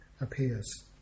appears